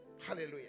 Hallelujah